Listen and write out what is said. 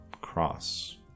Cross